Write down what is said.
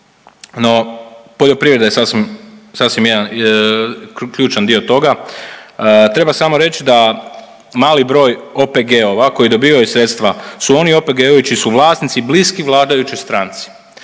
no poljoprivreda je sasvim jedan ključan dio toga. Treba samo reć da mali broj OPG-ova koji dobivaju sredstva su oni OPG-ovi čiji su vlasnici bliski vladajućoj stranci.